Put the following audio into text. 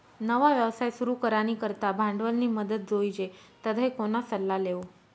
नवा व्यवसाय सुरू करानी करता भांडवलनी मदत जोइजे तधय कोणा सल्ला लेवो